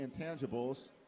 intangibles